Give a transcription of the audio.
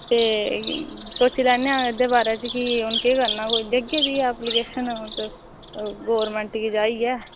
ते सोच्ची लैन्ने आं एह्दे बारे च कि हून केह् करना कोई देह्गे भी ऐप्लिकेशन गौरमेंट गी जाइयै